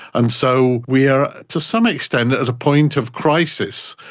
and so we are to some extent at a point of crisis.